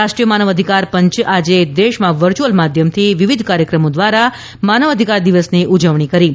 રાષ્ટ્રીય માનવ અધિકારપંચ આજે દેશમાં વર્ચુઅલ માધ્યમથી વિવિધ કાર્યક્રમો દ્વારા માનવ અધિકાર દિવસની ઉજવણી કરી રહ્યું છે